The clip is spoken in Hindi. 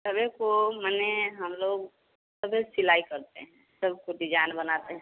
सभी को मने हम लोग सभी सिलाई करते हैं सब कुछ डिजाइन बनाते हैं